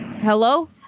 Hello